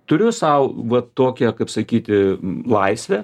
turiu sau va tokią kaip sakyti laisvę